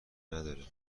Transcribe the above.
نداره